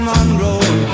Monroe